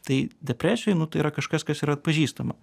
tai depresijoj nu tai yra kažkas kas yra atpažįstama